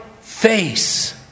face